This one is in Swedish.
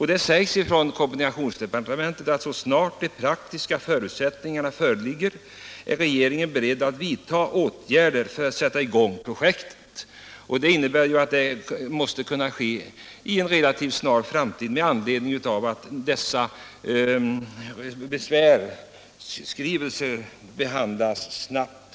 Det sägs att så snart de praktiska förutsättningarna föreligger är regeringen beredd att vidta åtgärder för att sätta i gång projektet. Det innebär ju att det måste kunna ske i en relativt snar framtid, eftersom dessa besvärsskrivelser behandlas snabbt.